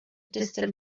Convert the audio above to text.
distant